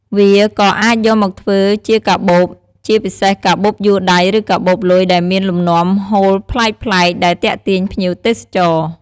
វាក៏អាចយកមកធ្វើជាកាបូប ជាពិសេសកាបូបយួរដៃ ឬកាបូបលុយ ដែលមានលំនាំហូលប្លែកៗ ដែលទាក់ទាញភ្ញៀវទេសចរ។